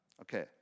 Okay